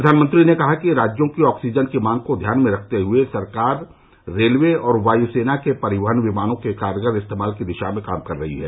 प्रधानमंत्री ने कहा कि राज्यों की ऑक्सीजन की मांग को ध्यान में रखते हुए सरकार रेलवे और वायुसेना के परिवहन विमानों के कारगर इस्तेमाल की दिशा में काम कर रही है